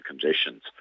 conditions